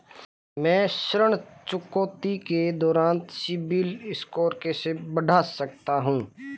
मैं ऋण चुकौती के दौरान सिबिल स्कोर कैसे बढ़ा सकता हूं?